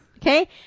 Okay